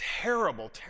terrible